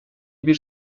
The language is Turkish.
bir